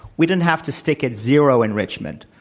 we didn't have to sti ck at zero enrichment,